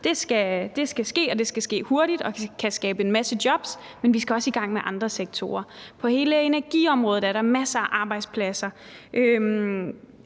den skal ske hurtigt og kan skabe en masse jobs, men vi skal også i gang med andre sektorer. På hele energiområdet er der masser af arbejdspladser.